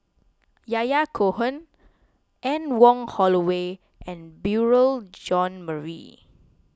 Yahya Cohen Anne Wong Holloway and Beurel John Marie